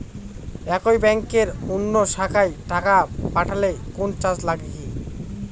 একই ব্যাংকের অন্য শাখায় টাকা পাঠালে কোন চার্জ লাগে কি?